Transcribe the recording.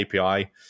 API